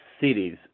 cities